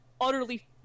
utterly